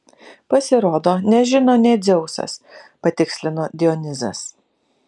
pasirodo nežino nė dzeusas patikslino dionizas